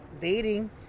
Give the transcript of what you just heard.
dating